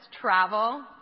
travel